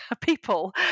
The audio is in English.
people